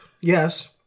yes